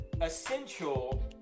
essential